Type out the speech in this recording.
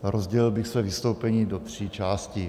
Rozdělil bych své vystoupení do tří částí.